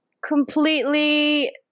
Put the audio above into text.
completely